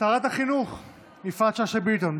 שרת החינוך יפעת שאשא ביטון.